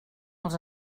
els